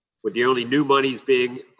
with the only new monies being